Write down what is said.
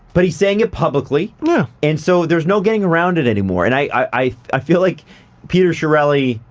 but he's saying it publicly. yeah, and so there's no gettin around it anymore and i i feel like peter chiarelli,